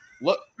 Look